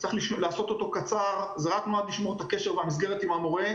צריך לעשות אותו קצר הוא רק נועד לשמור את ה קשר ואת המסגרת עם המורה.